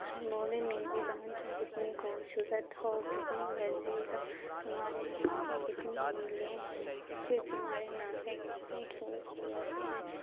اسے بولے میری بہن تم کتنی خوبصورت ہو کتنی لذیذ تمہارے آنکھیں کتنی نیلے ہیں پھر تمہارے ناک کتنی خوبصورت ہیں